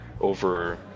over